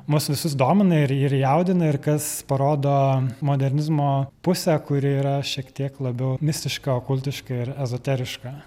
mus visus domina ir ir jaudina ir kas parodo modernizmo pusę kuri yra šiek tiek labiau mistiška okultiška ir ezoteriška